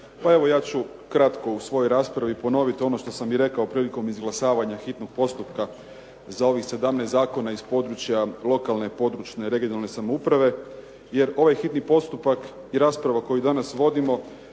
Pa evo, ja ću kratko u svojoj raspravi ponoviti ono što sam i rekao prilikom izglasavanja hitnog postupka za ovih 17 zakona iz područja lokalne, područne i regionalne samouprave, jer ovaj hitni postupak i rasprava koju danas vodimo,